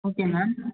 okay ma'am